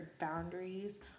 boundaries